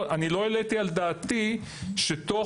אמרו את זה קודם,